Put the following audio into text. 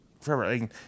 forever